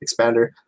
expander